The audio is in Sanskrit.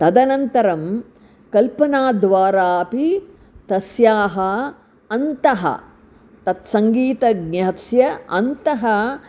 तदनन्तरं कल्पनाद्वारा अपि तस्यः अन्तः तत्सङ्गीतज्ञस्य अन्तः